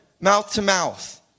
mouth-to-mouth